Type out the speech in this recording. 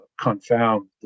confound